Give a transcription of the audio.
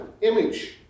image